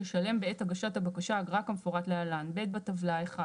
ישלם בעת הגשת הבקשה אגרה כמפורט להלן:" (ב) בטבלה - (1)